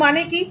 এর মানে কি